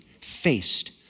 faced